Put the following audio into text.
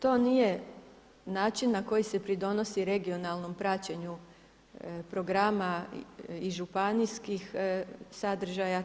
To nije način na koji se pridonosi regionalnom praćenju programa i županijskih sadržaja.